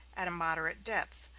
at a moderate depth,